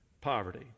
poverty